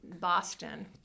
Boston